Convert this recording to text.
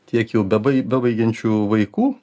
tiek jau bebai bebaigiančių vaikų